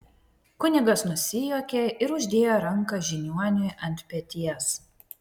kunigas nusijuokė ir uždėjo ranką žiniuoniui ant peties